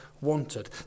wanted